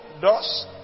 thus